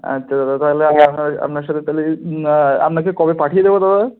আচ্ছা দাদা তাহলে আপনার আপনার সাথে তাহলে আপনাকে কবে পাঠিয়ে দেবো দাদা